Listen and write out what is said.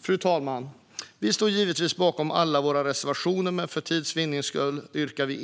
Fru talman! Vi står givetvis bakom alla våra reservationer, men för tids vinnande yrkar vi